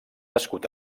nascut